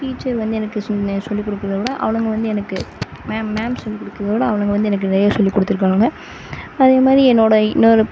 teacher வந்து எனக்கு சொன்ன சொல்லி கொடுக்குறத விட அவளுங்க வந்து எனக்கு மேம் மேம் சொல்லி கொடுக்குறத விட அவளுங்க வந்து எனக்கு நிறையா சொல்லி கொடுத்துருக்காளுங்க அதே மாதிரி என்னோட இன்னொரு